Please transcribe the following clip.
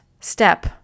step